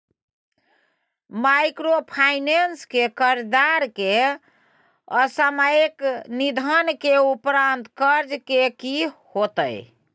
Microfinance के कर्जदार के असामयिक निधन के उपरांत कर्ज के की होतै?